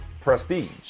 prestige